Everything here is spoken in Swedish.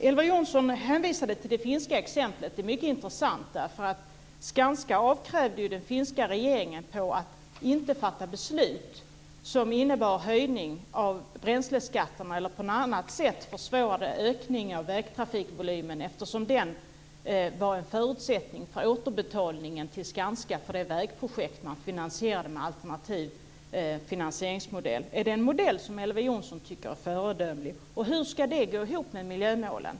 Elver Jonsson hänvisade till det finska exemplet. Det är mycket intressant därför att Skanska avkrävde ju den finska regeringen ett löfte om att inte fatta beslut som innebar en höjning av bränsleskatt eller som på annat sätt försvårade en ökning av vägtrafikvolymen. Det var ju en förutsättning för återbetalningen till Skanska för det vägprojekt som man finansierade med alternativ finansieringsmodell. Är det en modell som Elver Jonsson tycker är föredömlig, och hur ska den gå ihop med miljömålen?